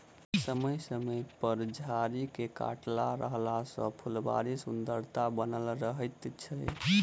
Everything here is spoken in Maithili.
समय समय पर झाड़ी के काटैत रहला सॅ फूलबाड़ीक सुन्दरता बनल रहैत छै